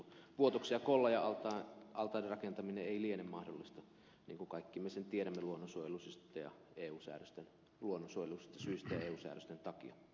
vuotoksen ja kollajan altaiden rakentaminen ei liene mahdollista niin kuin kaikki me sen tiedämme luonnonsuojelullisista syistä ja eu säädösten takia